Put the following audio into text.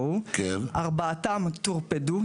ארבעתם טורפדו.